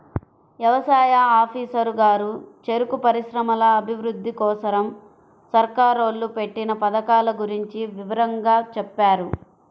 యవసాయ ఆఫీసరు గారు చెరుకు పరిశ్రమల అభిరుద్ధి కోసరం సర్కారోళ్ళు పెట్టిన పథకాల గురించి వివరంగా చెప్పారు